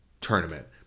tournament